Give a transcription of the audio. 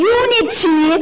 unity